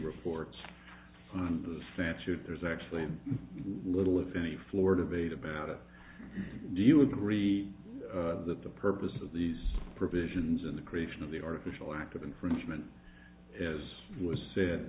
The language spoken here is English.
reports on the statute there's actually little of any floor debate about it do you agree that the purpose of these provisions in the creation of the artificial act of infringement as was said